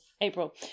April